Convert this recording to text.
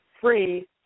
free